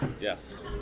yes